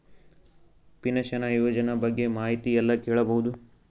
Pension ಯೋಜನ ಬಗ್ಗೆ ಮಾಹಿತಿ ಎಲ್ಲ ಕೇಳಬಹುದು?